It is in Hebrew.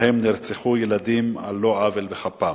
שבהם נרצחו ילדים על לא עוול בכפם.